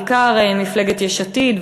בעיקר מפלגת יש עתיד,